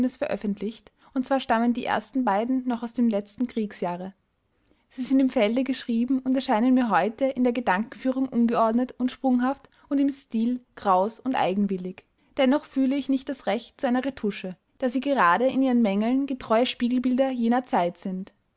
veröffentlicht und zwar stammen die ersten beiden noch aus dem letzten kriegsjahre sie sind im felde geschrieben und erscheinen mir heute in der gedankenführung ungeordnet und sprunghaft und im stil kraus und eigenwillig dennoch fühle ich nicht das recht zu einer retusche da sie gerade in ihren mängeln getreue spiegelbilder jener zeit sind